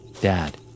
Dad